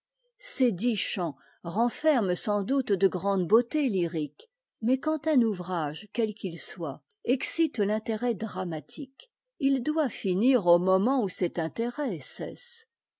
ces dix chants renferment sans doute de grandes beautés lyriques mais quand un ouvrage quel qu'il soit excite l'intérêt dramatique il doit finir au moment où cet intérêt cesse